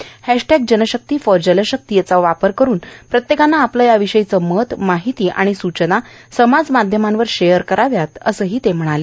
hashtag जनशक्ती for जलशक्ती याचा उपयोग करून प्रत्येकानं आपलं या विषयीचं मत माहिती आणि सुचना समाज माध्यमांवर शेअर कराव्यात असंही ते म्हणाले